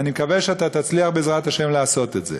אני מקווה שאתה תצליח, בעזרת השם, לעשות את זה.